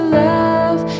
love